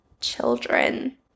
children